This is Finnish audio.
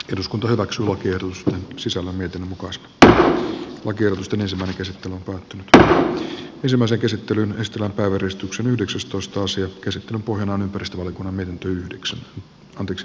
eduskunta omaksua kertomusta sisällä meten mukaan spr oikeutusta myös päätösottelu käy kysymässä käsittelyyn asti uudistuksen yhdeksästoista asian käsittelyn pohjana on ympäristövaliokunnan mietintö